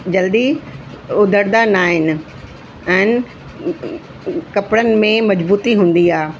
जल्दी उधणंदा न आहिनि अन कपिड़नि में मज़बूती हूंदी आहे